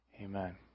Amen